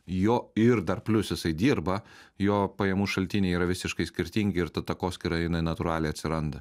jo ir dar plius jisai dirba jo pajamų šaltiniai yra visiškai skirtingi ir ta takoskyra jinai natūraliai atsiranda